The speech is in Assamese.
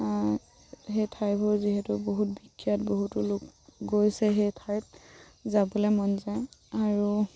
সেই ঠাইবোৰ যিহেতু বহুত বিখ্যাত বহুতো লোক গৈছে সেই ঠাইত যাবলৈ মন যায় আৰু